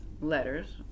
letters